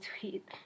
tweet